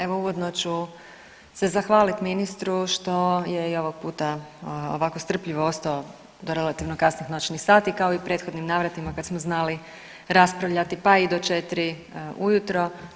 Evo uvodno ću se zahvaliti ministru što je i ovog puta ovako strpljivo ostao do relativno kasnih noćnih sati kao i u prethodnim navratima kad smo znali raspravljati pa i do četiri u jutro.